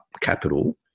capital